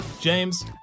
James